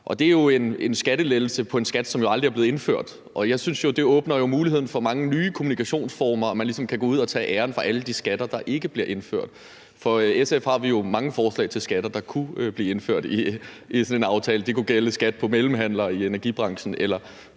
det er jo en skattelettelse på en skat, som aldrig er blevet indført, og jeg synes jo, det åbner for muligheden for mange nye kommunikationsformer, at man ligesom kan gå ud og tage æren for alle de skatter, der ikke bliver indført. SF har jo mange forslag til skatter, der kunne blive indført i sådan en aftale. Det kunne gælde skat på mellemhandlere i energibranchen